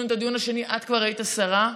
את כבר היית השרה,